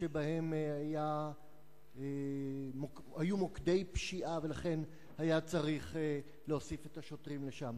שהיו בהם מוקדי פשיעה ולכן היה צריך להוסיף את השוטרים שם.